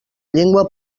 llengua